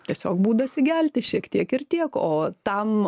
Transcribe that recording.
tiesiog būdas įgelti šiek tiek ir tiek o tam